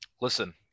Listen